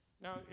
Now